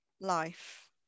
life